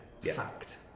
Fact